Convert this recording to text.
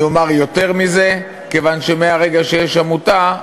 אני אומר יותר מזה: כיוון שמהרגע שיש עמותה,